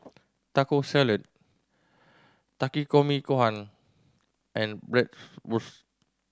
Taco Salad Takikomi Gohan and Bratwurst